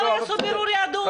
גם יעשו בירור יהדות?